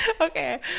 Okay